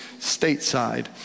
stateside